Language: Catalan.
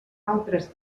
altres